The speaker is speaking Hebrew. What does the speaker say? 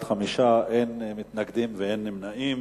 בעד, 5, אין מתנגדים ואין נמנעים.